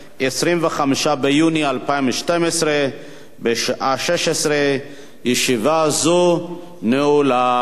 25 ביוני 2012, בשעה 16:00. ישיבה זו נעולה.